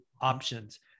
options